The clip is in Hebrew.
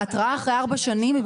ההתראה אחרי ארבע שנים היא